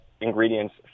Ingredients